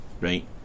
Right